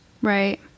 right